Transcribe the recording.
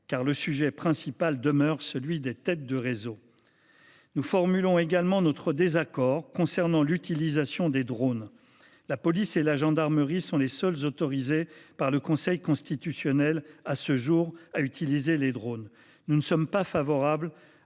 car le sujet principal demeure les têtes de réseaux. Nous formulons également notre désaccord concernant l’utilisation des drones. La police et la gendarmerie sont à ce jour les seules autorisées par le Conseil constitutionnel à utiliser des drones. Nous ne sommes pas favorables